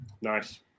nice